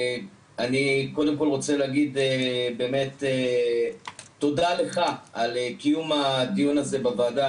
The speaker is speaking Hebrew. אני רוצה להגיד קודם כל תודה לך על קיום הדיון הזה בוועדה,